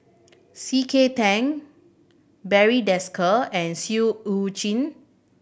C K Tang Barry Desker and Seah Eu Chin